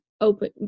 open